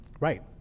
right